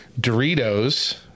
Doritos